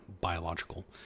biological